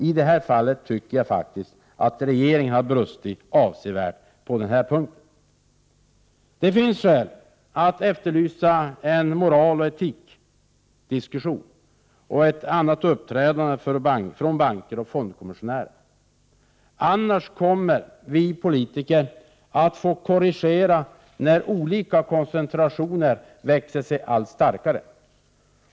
I detta fall tycker jag faktiskt att regeringen har brustit avsevärt på den punkten. Det finns skäl att efterlysa en moraloch etikdiskussion och ett annat uppträdande från banker och fondkommissionärer — annars kommer vi politiker att få korrigera när olika koncentrationer växer sig allt starkare.